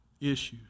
issues